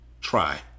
try